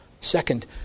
Second